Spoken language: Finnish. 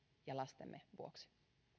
ja lastemme vuoksi